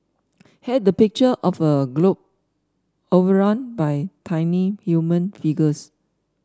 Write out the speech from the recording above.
had the picture of a globe overrun by tiny human figures